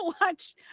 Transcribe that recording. watch